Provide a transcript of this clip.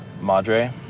Madre